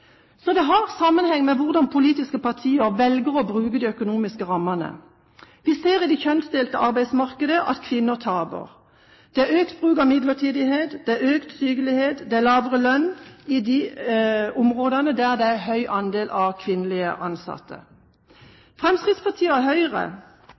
Så det har sammenheng med hvordan politiske partier velger å bruke de økonomiske rammene. Vi ser i det kjønnsdelte arbeidsmarkedet at kvinner taper. Det er økt bruk av midlertidige ansettelser, økt sykelighet, og det er lavere lønn i de områdene der det er høy andel av kvinnelige ansatte.